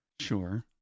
Sure